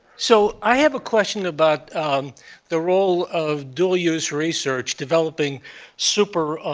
so i have a question about the role of dual-use research, developing super